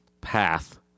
path